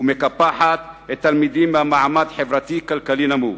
ומקפחת את התלמידים ממעמד חברתי-כלכלי נמוך.